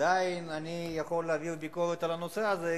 עדיין אני יכול להעביר ביקורת על הנושא הזה,